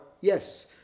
yes